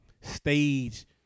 stage